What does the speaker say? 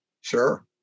Sure